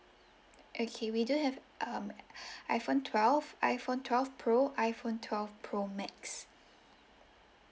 okay we do have um iphone twelve iphone twelve pro iphone twelve pro max